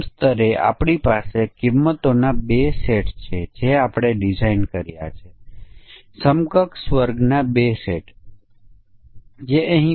એકવાર આપણે તે કરી લીધું પછી વાસ્તવિક પરીક્ષણ કેસની ડિઝાઇન સરળ છે આપણે ફક્ત દરેકમાંથી એક મૂલ્ય પસંદ કરીએ છીએ